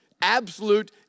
Absolute